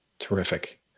Terrific